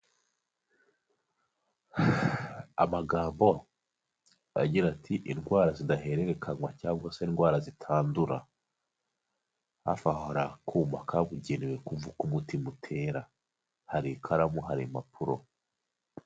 Amagambo agira ati: "Indwara zidahererekanywa cyangwa se indwara zitandura". Hafi aho hari akuma kabugenewe kumva uko umutima utera, hari ikaramu hari impapuro.